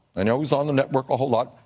i know he's on the network a whole lot,